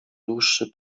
dłuższy